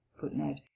footnote